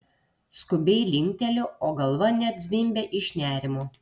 skubiai linkteliu o galva net zvimbia iš nerimo